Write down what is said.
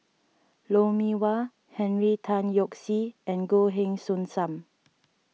Lou Mee Wah Henry Tan Yoke See and Goh Heng Soon Sam